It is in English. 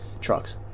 trucks